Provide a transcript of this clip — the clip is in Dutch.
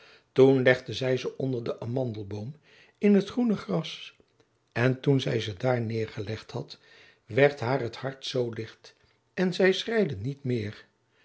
toen legde zij ze onder den amandelboom in het groene gras en toen zij ze daar neêrgelegd had werd haar het hart zoo licht en zij schreide niet meer